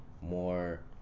more